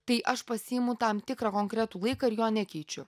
tai aš pasiimu tam tikrą konkretų laiką ir jo nekeičiu